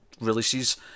releases